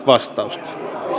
vastausta